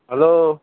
hello